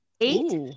Eight